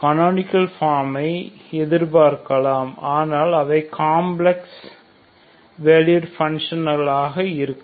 canonical பார்மை எதிர் பார்க்கலாம் ஆனால் அவை காம்ப்ளக்ஸ் வேல்யூட் பங்க்ஷன்களாக இருக்கும்